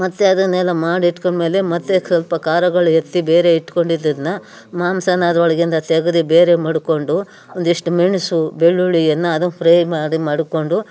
ಮತ್ತು ಅದನ್ನೆಲ್ಲ ಮಾಡಿಟ್ಕೊಂಡಮೇಲೆ ಮತ್ತು ಸ್ವಲ್ಪ ಖಾರಗಳ್ ಎತ್ತಿ ಬೇರೆ ಇಟ್ಕೊಂಡಿದ್ದನ್ನು ಮಾಂಸವನ್ನ ಅದರೊಳಗಿಂದ ತೆಗೆದು ಬೇರೆ ಮಡ್ಕೊಂಡು ಒಂದಿಷ್ಟು ಮೆಣಸು ಬೆಳ್ಳುಳ್ಳಿಯನ್ನು ಅದು ಫ್ರೈ ಮಾಡಿ ಮಡ್ಕೊಂಡು